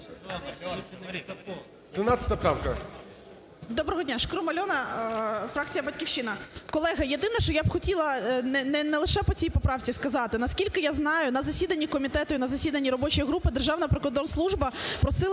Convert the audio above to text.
Доброго дня. Шкрум Альона, фракція "Батьківщина". Колеги, єдине, що я б хотіла не лише по цій поправці сказати. наскільки я знаю, на засіданні комітету і на засіданні робочої групи Державна прикордонслужба просила